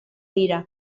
dira